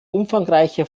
umfangreiche